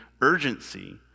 urgency